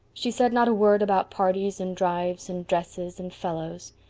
she said not a word about parties and drives and dresses and fellows.